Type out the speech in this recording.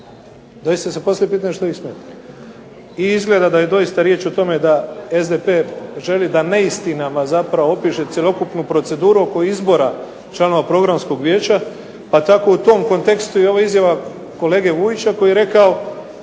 Dosta se postavlja pitanje što ih smeta? I izgleda da je doista riječ o tome da SDP želi da neistinama opise cjelokupnu proceduru oko izbora članova programskog vijeća, pa tako i u tom kontekstu ova izjava kolege Vujića koji je rekao